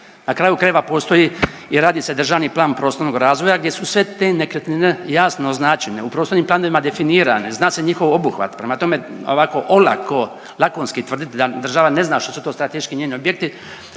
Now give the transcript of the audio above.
Na kraju krajeva postoji i radi se državni plan prostornog razvoja gdje su sve te nekretnine jasno označene u prostornim planovima definirane, zna se njihov obuhvat. Prema tome ovako olako lakonski tvrditi da država ne zna što su to strateški njeni objekti